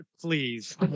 please